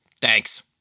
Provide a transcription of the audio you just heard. Thanks